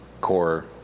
core